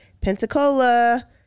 Pensacola